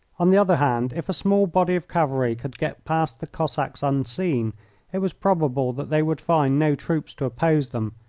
on the other hand, if a small body of cavalry could get past the cossacks unseen it was probable that they would find no troops to oppose them,